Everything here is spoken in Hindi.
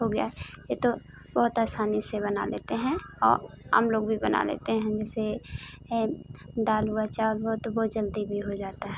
हो गया ये तो बहुत असानी से बना लेते हैं हम लोग भी बना लेते हैं जैसे दाल हुआ चावल वो बहुत जल्दी भी हो जाता है